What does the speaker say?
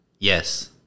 Yes